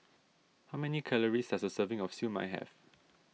how many calories does a serving of Siew Mai have